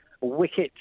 wicket